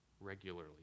regularly